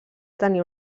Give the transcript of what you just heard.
tenia